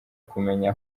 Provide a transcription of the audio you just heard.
kumenya